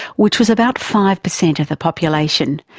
which was about five percent of the population.